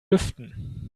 lüften